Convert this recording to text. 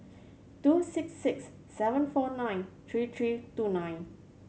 two six six seven four nine three three two nine